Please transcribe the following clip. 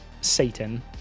Satan